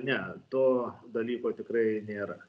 ne to dalyko tikrai nėra